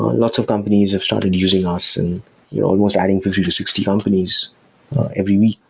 lots of companies have started using us, and you're almost adding fifty to sixty companies every week.